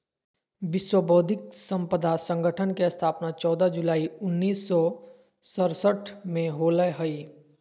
विश्व बौद्धिक संपदा संगठन के स्थापना चौदह जुलाई उननिस सो सरसठ में होलय हइ